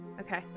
Okay